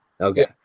Okay